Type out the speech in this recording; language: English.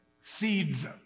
Seeds